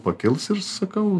pakils ir sakau